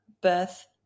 birth